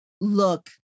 look